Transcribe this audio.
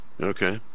Okay